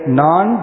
non